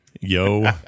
Yo